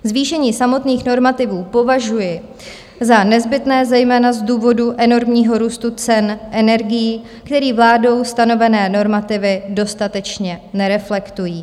Zvýšení samotných normativů považuji za nezbytné zejména z důvodu enormního růstu cen energií, který vládou stanovené normativy dostatečně nereflektují.